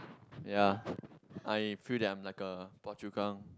ya I feel that I'm like a Phua-Chu-Kang